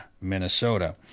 minnesota